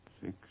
Six